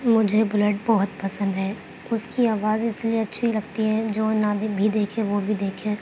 مجھے بلیٹ بہت پسند ہے اس کی آواز اس لیے اچھی لگتی ہے جو نہ بھی دیکھے وہ بھی دیکھے